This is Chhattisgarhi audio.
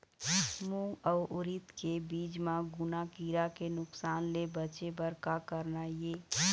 मूंग अउ उरीद के बीज म घुना किरा के नुकसान ले बचे बर का करना ये?